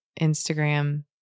Instagram